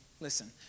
Listen